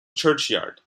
churchyard